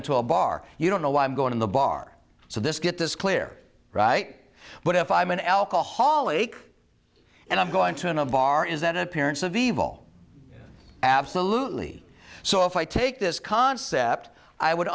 into a bar you don't know why i'm going in the bar so this get this clear right but if i'm an alcoholic and i'm going to in a bar is that appearance of evil absolutely so if i take this concept i would